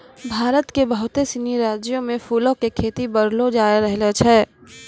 भारत के बहुते सिनी राज्यो मे फूलो के खेती बढ़लो जाय रहलो छै